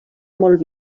molt